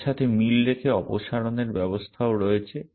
এর সাথে মিল রেখে অপসারণের ব্যবস্থাও রয়েছে